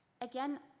again,